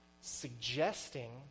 suggesting